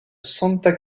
santa